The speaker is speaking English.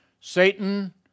Satan